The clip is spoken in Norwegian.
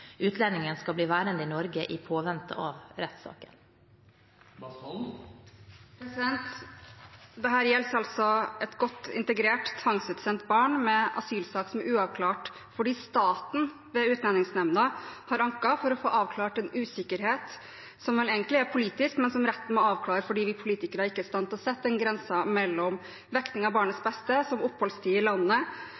utlendingen skal bli værende i Norge i påvente av rettssaken. Dette gjelder et godt integrert tvangsutsendt barn med en uavklart asylsak, fordi staten ved Utlendingsnemnda har anket for å få avklart en usikkerhet, som vel egentlig er politisk, men som retten må avklare fordi vi politikere ikke er i stand til å sette den grensen mellom vekting av barnets